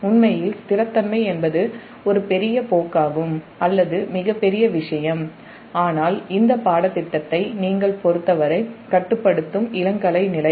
உண்மையில் நிலைத்தன்மை என்பது ஒரு பெரிய போக்காகும் அல்லது மிகப்பெரிய விஷயம் ஆனால் இந்த பாடத்திட்டத்தை பொருத்தவரை கட்டுப்படுத்தும் இளங்கலை நிலை